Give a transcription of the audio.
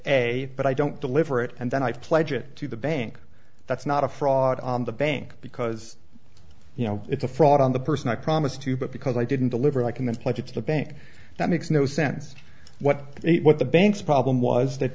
a but i don't deliver it and then i pledge it to the bank that's not a fraud on the bank because you know it's a fraud on the person i promise to but because i didn't deliver i can then pledge it to the bank that makes no sense what what the banks problem was that